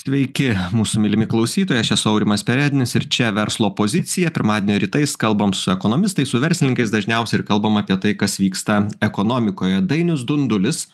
sveiki mūsų mylimi klausytojai aš esu aurimas perednis ir čia verslo pozicija pirmadienio rytais kalbam su ekonomistais su verslininkais dažniausiai ir kalbam apie tai kas vyksta ekonomikoje dainius dundulis